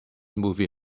movie